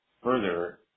further